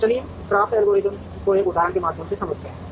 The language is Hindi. तो चलिए CRAFT एल्गोरिथम को एक उदाहरण के माध्यम से समझाते हैं